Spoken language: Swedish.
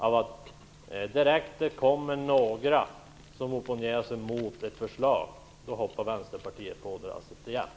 Så fort det kommer några som opponerar sig mot ett förslag hoppar Vänsterpartiet på deras idé.